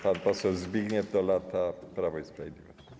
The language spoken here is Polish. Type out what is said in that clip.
Pan poseł Zbigniew Dolata, Prawo i Sprawiedliwość.